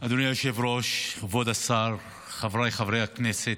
אדוני היושב-ראש, כבוד השר, חבריי חברי הכנסת,